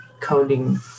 coding